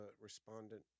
respondent